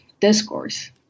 discourse